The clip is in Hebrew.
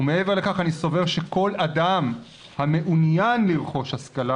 ומעבר לכך אני סובר שכל אדם המעוניין לרכוש השכלה